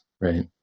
right